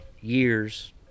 years